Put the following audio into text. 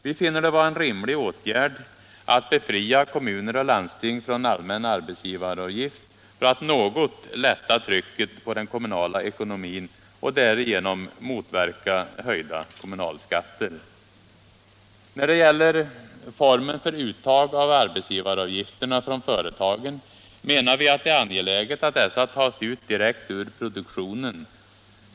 Vi finner det vara en rimlig åtgärd att befria kommuner och landsting från allmän arbetsgivaravgift för att något lätta trycket på den kommunala ekonomin och därigenom motverka höjda kommunalskatter. När det gäller formen för uttag av arbetsgivaravgifterna från företagen menar vi att det är angeläget att dessa tas ut direkt ur produktionen.